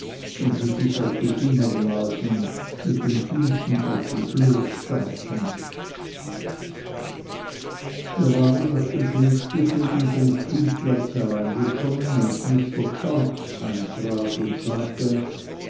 wenn sie sich auf die finger blasen mit den füßen auf dem flur stampfend wir waren nach dem frühstück eben vom spielplatz hereingekommen als mr sharp eintrat und sagte